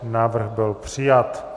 Návrh byl přijat.